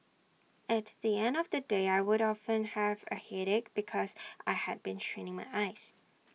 at the end of the day I would often have A headache because I had been straining my eyes